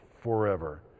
forever